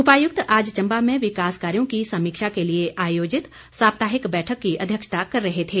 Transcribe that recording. उपायुक्त आज चंबा में विकास कार्यों की समीक्षा के लिए आयोजित साप्ताहिक बैठक की अध्यक्षता कर रहे थे